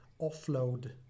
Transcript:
offload